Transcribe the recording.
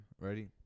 Ready